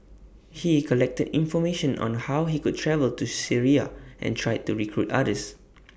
he collected information on how he could travel to Syria and tried to recruit others